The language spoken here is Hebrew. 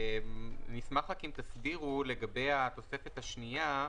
נשמח אם תסבירו לגבי התוספת השנייה,